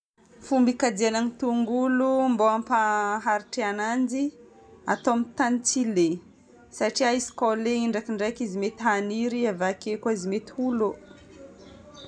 Fomba ikajianako tongolo mba hampaharitry ananjy, atao amin'ny tany tsy le, satria izy koa le, ndraikindraiky izy mety haniry, ndriaikindraiky izy mety ho lo.